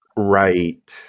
right